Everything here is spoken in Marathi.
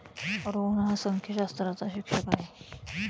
रोहन हा संख्याशास्त्राचा शिक्षक आहे